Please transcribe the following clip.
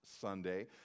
sunday